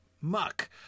muck